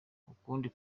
ukundi